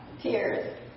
tears